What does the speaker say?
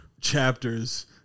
chapters